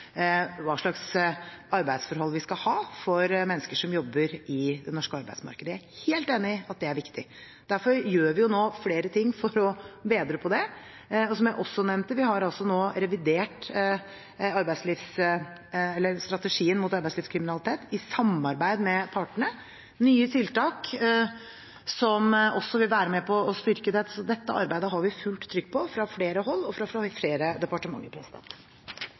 hva slags arbeidsforhold vi skal ha for mennesker som jobber i det norske arbeidsmarkedet. Jeg er helt enig i at det er viktig. Derfor gjør vi nå flere ting for å bedre på det. Som jeg også nevnte, har vi nå revidert strategien mot arbeidslivskriminalitet i samarbeid med partene – nye tiltak som også vil være med på å styrke dette. Så dette arbeidet har vi fullt trykk på fra flere hold og fra flere departementer.